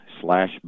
slash